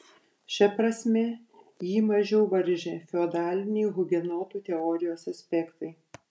šia prasme jį mažiau varžė feodaliniai hugenotų teorijos aspektai